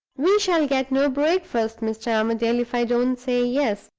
we shall get no breakfast, mr. armadale, if i don't say yes,